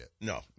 No